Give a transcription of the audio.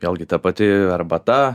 vėlgi ta pati arbata